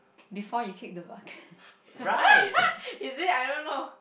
before you kick the bucket is it I don't know